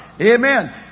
Amen